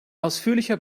ausführlicher